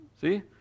See